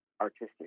artistic